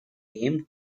came